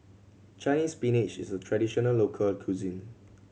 Chinese Spinach is a traditional local cuisine